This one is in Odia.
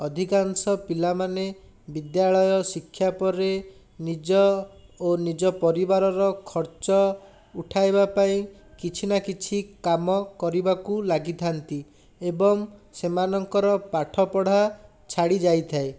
ଅଧିକାଂଶ ପିଲାମାନେ ବିଦ୍ୟାଳୟ ଶିକ୍ଷା ପରେ ନିଜ ଓ ନିଜ ପରିବାରର ଖର୍ଚ୍ଚ ଉଠାଇବା ପାଇଁ କିଛି ନା କିଛି କାମ କରିବାକୁ ଲାଗିଥାନ୍ତି ଏବଂ ସେମାନଙ୍କର ପାଠପଢ଼ା ଛାଡ଼ି ଯାଇଥାଏ